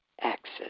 access